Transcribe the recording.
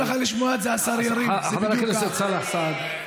זה בדיוק כך.